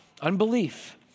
Unbelief